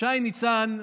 שי ניצן.